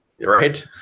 Right